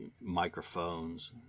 microphones